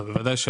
לא, בוודאי שלא.